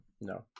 No